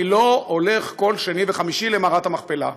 אני לא הולך כל שני וחמישי למערת המכפלה,